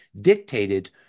dictated